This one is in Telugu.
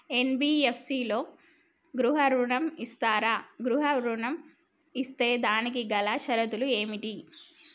ఎన్.బి.ఎఫ్.సి లలో గృహ ఋణం ఇస్తరా? గృహ ఋణం ఇస్తే దానికి గల షరతులు ఏమిటి?